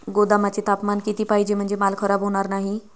गोदामाचे तापमान किती पाहिजे? म्हणजे माल खराब होणार नाही?